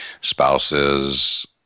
spouses